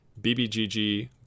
BBGG